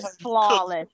flawless